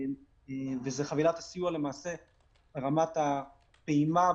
זו חבילת הסיוע, ברמת הפעימה הבודדת,